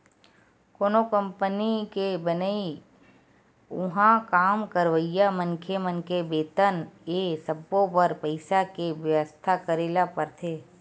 कोनो कंपनी के बनई, उहाँ काम करइया मनखे मन के बेतन ए सब्बो बर पइसा के बेवस्था करे ल परथे